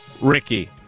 Ricky